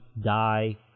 die